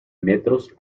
metros